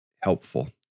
helpful